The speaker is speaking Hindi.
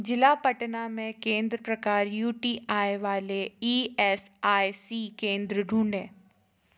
ज़िला पटना में केंद्र प्रकार यू टी आई वाले ई एस आई सी केंद्र ढूँढें